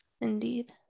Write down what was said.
Indeed